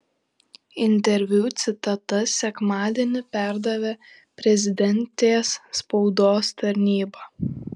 interviu citatas sekmadienį perdavė prezidentės spaudos tarnyba